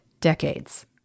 decades